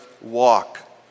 walk